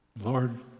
Lord